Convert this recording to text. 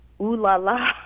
ooh-la-la